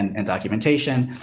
and, and documentation.